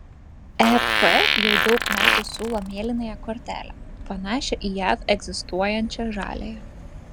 ep jau daug metų siūlo mėlynąją kortelę panašią į jav egzistuojančią žaliąją